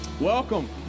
welcome